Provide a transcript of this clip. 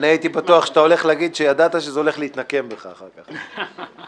זה עבר בקריאה שנייה ושלישית.